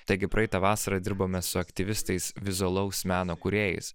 taigi praeitą vasarą dirbome su aktyvistais vizualaus meno kūrėjais